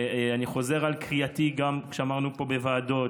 אני חוזר על קריאתי, כמו שאמרנו פה בוועדות: